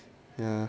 yah